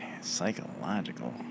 Psychological